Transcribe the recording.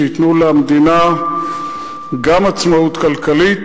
שייתנו למדינה גם עצמאות כלכלית,